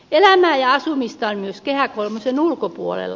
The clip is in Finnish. elämää ja asumista on myös kehä kolmosen ulkopuolella